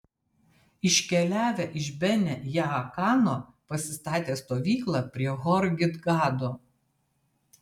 iškeliavę iš bene jaakano pasistatė stovyklą prie hor gidgado